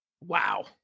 wow